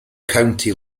county